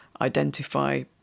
identify